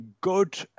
good